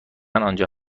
آنجا